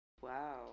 Wow